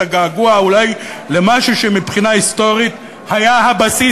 את הגעגוע אולי למשהו שמבחינה היסטורית היה הבסיס